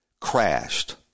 crashed